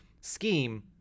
scheme